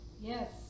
Yes